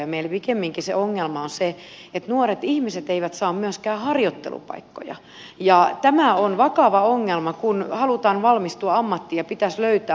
meillä pikemminkin se ongelma on se että nuoret ihmiset eivät saa myöskään harjoittelupaikkoja ja tämä on vakava ongelma kun halutaan valmistua ammattiin ja pitäisi löytää harjoittelupaikka